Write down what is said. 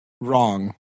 wrong